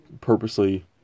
purposely